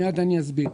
מיד אני אסביר.